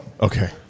Okay